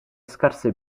scarse